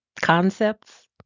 concepts